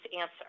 answer